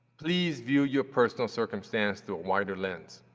please view your personal circumstance through a wider lens.